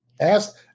Ask